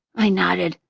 i nodded.